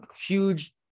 huge